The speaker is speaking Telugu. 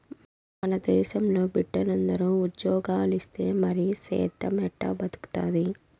మన దేశంలో బిడ్డలందరూ ఉజ్జోగాలిస్తే మరి సేద్దెం ఎట్టా బతుకుతాది